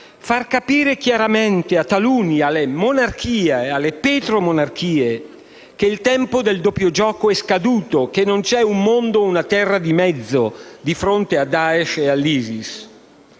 far capire chiaramente a taluni, alle monarchie e alle petromonarchie che il tempo del doppio gioco è scaduto, che non c'è un mondo o una terra di mezzo di fronte a Daesh e all'ISIS.